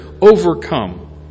overcome